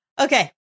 Okay